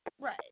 Right